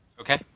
Okay